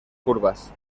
curvas